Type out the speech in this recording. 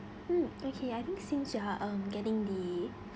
mm okay I think since you are um getting the